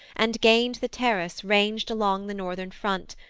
and gained the terrace ranged along the northern front,